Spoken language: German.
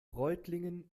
reutlingen